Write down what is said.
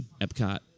Epcot